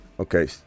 Okay